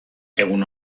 egun